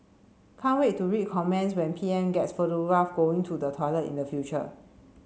can't wait to read comments when P M gets photographed going to the toilet in the future